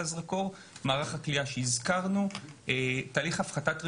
מערך הכליאה ותהליך הפחתת רגולציה,